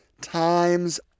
time's